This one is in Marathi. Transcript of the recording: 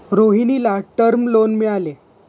रोहिणीला टर्म लोन मिळाले